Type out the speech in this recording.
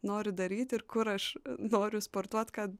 noriu daryt ir kur aš noriu sportuot kad